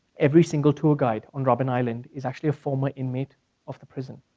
every single tour guide on robin island is actually a former inmate of the prison.